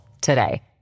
today